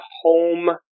home